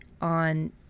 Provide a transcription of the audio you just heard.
on